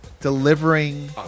delivering